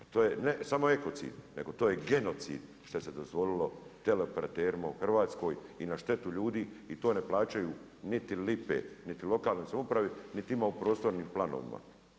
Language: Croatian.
To je ne samo ekocid nego to je genocid što se dozvolilo teleoperaterima u Hrvatskoj i na štetu ljudi i to ne plaćaju niti lipe niti lokalnoj samoupravi niti ima u prostornim planovima.